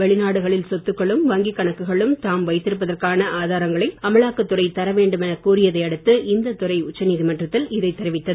வெளிநாடுகளில் சொத்துக்களும் வங்கிக் கணக்குகளும் தாம் வைத்திருப்பதற்கான ஆதாரங்களை அமலாக்கத் துறை தர வேண்டும் எனக் கோரியதை அடுத்து இந்த துறை உச்ச நீதிமன்றத்தில் இதை தெரிவித்தது